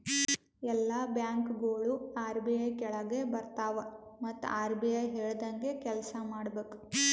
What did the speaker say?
ಎಲ್ಲಾ ಬ್ಯಾಂಕ್ಗೋಳು ಆರ್.ಬಿ.ಐ ಕೆಳಾಗೆ ಬರ್ತವ್ ಮತ್ ಆರ್.ಬಿ.ಐ ಹೇಳ್ದಂಗೆ ಕೆಲ್ಸಾ ಮಾಡ್ಬೇಕ್